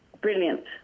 brilliant